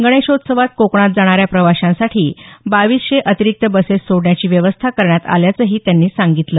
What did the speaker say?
गणेशोत्सवात कोकणात जाणाऱ्या प्रवाशांसाठी बाविसशे अतिरिक्त बसेस सोडण्याची व्यवस्था करण्यात आल्याचंही त्यांनी सांगितलं